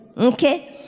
Okay